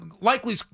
likely